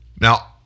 Now